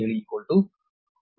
you